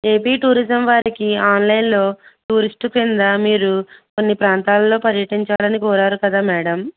AP tourism వారికి ఆన్లైన్లో tourist క్రింద మీరు కొన్ని ప్రాంతాలలో పర్యటించాలని కోరారు కదా మేడం